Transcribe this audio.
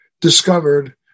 discovered